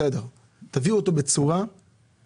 בסדר אבל תביאו אותו בצורה הדרגתית.